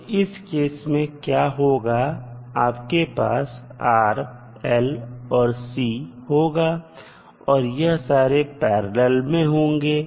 तो इस केस में क्या होगा आपके पास R L और C होगा और यह सारे पैरलल मैं होंगे